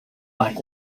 like